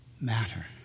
matter